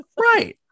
Right